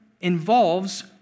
involves